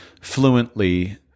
fluently